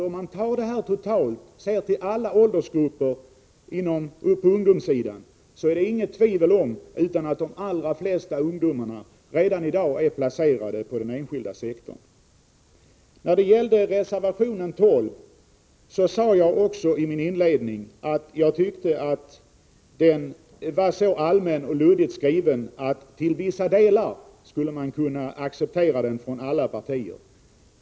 Om man ser till alla ungdomsgrupper så är det alltså inget tvivel om att de allra flesta ungdomarna är placerade i den enskilda sektorn. När det gäller reservation 12 sade jag också i min inledning att jag tyckte att den var så allmänt och luddigt skriven att den till vissa delar skulle kunna accepteras från alla partier.